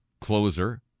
Closer